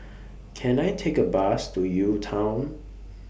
Can I Take A Bus to UTown